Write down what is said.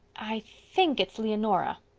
i think it's leonora.